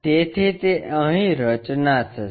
તેથી તે અહી રચના થશે